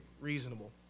reasonable